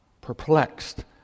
perplexed